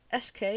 SK